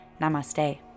namaste